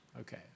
Okay